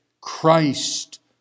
Christ